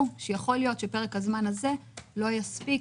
שיכול להיות שפרק הזמן הזה לא יספיק.